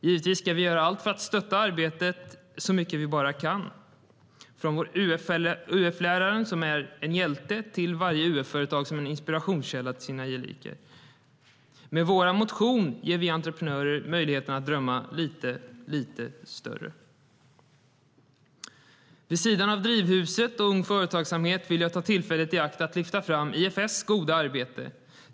Givetvis ska vi göra allt för att stötta arbetet så mycket vi bara kan, från UF-läraren som är en hjälte till varje UF-företag som är en inspirationskälla för sina gelikar. Med vår motion ger vi entreprenörer möjligheten att drömma lite, lite större. Jag vill ta tillfället i akt att vid sidan av Drivhuset och Ung Företagsamhet lyfta fram IFS goda arbete.